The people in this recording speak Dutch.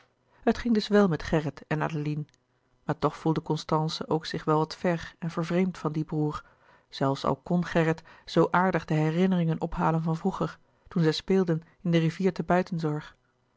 het ging dus wel met gerrit en adeline maar toch voelde constance ook zich wel wat ver en vervreemd van dien broêr zelfs al kon gerrit zoo aardig de herinneringen ophalen van vroeger toen zij speelden in de rivier te